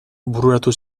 bururatu